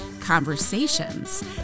Conversations